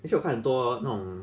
actually 我看很多那种